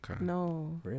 no